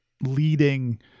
leading